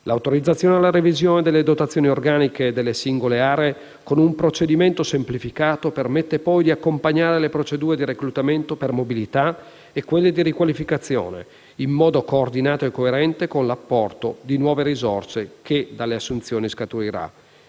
L'autorizzazione alla revisione delle dotazioni organiche delle singole aree con un procedimento semplificato permette, poi, di accompagnare le procedure di reclutamento per mobilità e quelle di riqualificazione in modo coordinato e coerente con l'apporto di nuove risorse che dalle assunzioni scaturirà.